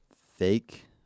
fake